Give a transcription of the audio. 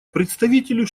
представителю